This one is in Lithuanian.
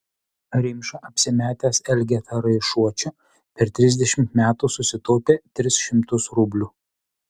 rimša apsimetęs elgeta raišuočiu per trisdešimt metų susitaupė tris šimtus rublių